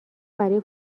برای